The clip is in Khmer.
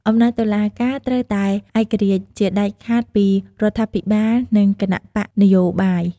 អំណាចតុលាការត្រូវតែឯករាជ្យជាដាច់ខាតពីរដ្ឋាភិបាល និងគណបក្សនយោបាយ។